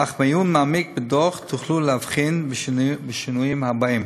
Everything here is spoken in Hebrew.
אך בעיון מעמיק בדוח תוכלו להבחין בשינויים הבאים: